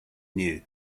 knew